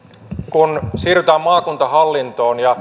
kun siirrytään maakuntahallintoon